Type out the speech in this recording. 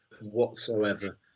whatsoever